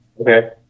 Okay